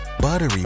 buttery